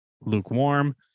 Lukewarm